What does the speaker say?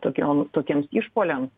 tokiom tokiems išpuoliams